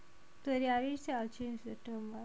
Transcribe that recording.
ya I wish they will change the term but